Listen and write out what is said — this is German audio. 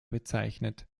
bezeichnet